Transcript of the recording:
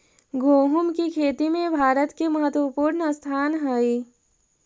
गोहुम की खेती में भारत के महत्वपूर्ण स्थान हई